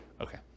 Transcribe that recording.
Okay